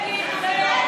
אלקין עומד,